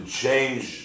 change